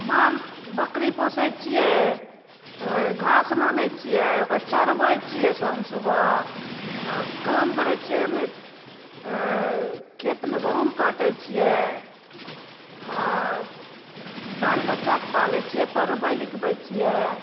माल बकरी पोसै छिए घास आनै छिए ओकरा चरबै छिए शाम सुबह काम करै छिए खेतमे गहूम काटै छिए बाल बच्चाके पालै छिए पढ़बै लिखबै छिए